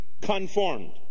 conformed